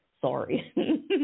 Sorry